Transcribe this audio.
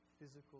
physical